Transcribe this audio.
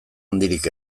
handirik